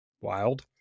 Wild